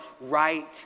right